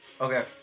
Okay